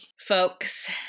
Folks